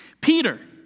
Peter